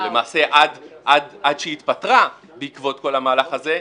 ולמעשה עד שהיא התפטרה בעקבות כל המהלך הזה,